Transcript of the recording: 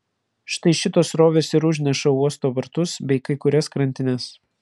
štai šitos srovės ir užneša uosto vartus bei kai kurias krantines